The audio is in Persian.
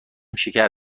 شکر